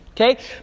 Okay